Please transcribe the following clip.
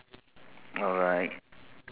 alright